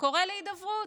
קורא להידברות.